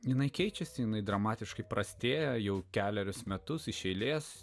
jinai keičiasi jinai dramatiškai prastėja jau kelerius metus iš eilės